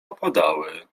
opadały